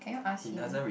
can you ask him